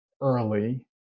early